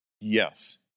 Yes